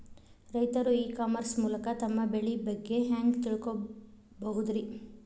ರೈತರು e commerce ಮೂಲಕ ತಮ್ಮ ಬೆಳಿ ಬಗ್ಗೆ ಹ್ಯಾಂಗ ತಿಳ್ಕೊಬಹುದ್ರೇ?